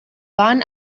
bahn